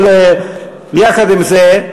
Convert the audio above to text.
אבל יחד עם זה,